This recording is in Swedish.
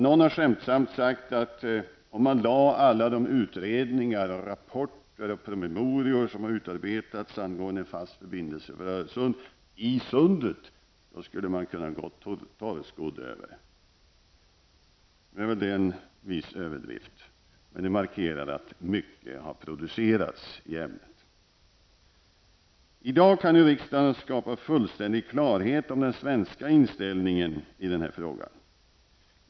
Någon har skämtsamt sagt, att om man lade alla de utredningar, rapporter och promemorior som har utarbetats angående en fast förbindelse över Öresund, i Sundet, skulle man kunna gå torrskodd över. Nu är väl det en viss överdrift, men det markerar att mycket har producerats i ämnet. I dag kan riksdagen skapa fullständig klarhet om den svenska inställningen i denna fråga.